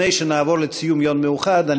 לפני שנעבור לציון היום המיוחד,